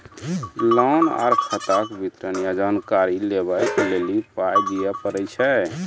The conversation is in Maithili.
लोन आर खाताक विवरण या जानकारी लेबाक लेल पाय दिये पड़ै छै?